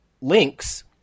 links